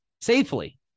safely